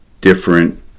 different